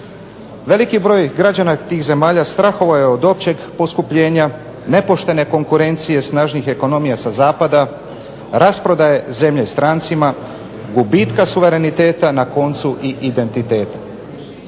Veliki broj građana tih zemalja strahovao je od općeg poskupljenja, nepoštene konkurencije snažnih ekonomija sa zapada, rasprodaje zemlje strancima, gubitka suvereniteta, na koncu i identiteta.